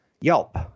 Yelp